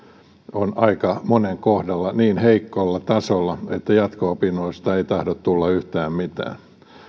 on aika monen kohdalla niin heikolla tasolla että jatko opinnoista ei tahdo tulla yhtään mitään